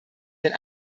denn